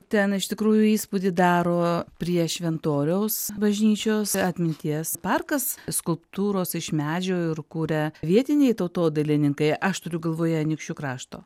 ten iš tikrųjų įspūdį daro prie šventoriaus bažnyčios atminties parkas skulptūros iš medžio ir kuria vietiniai tautodailininkai aš turiu galvoje anykščių krašto